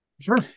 Sure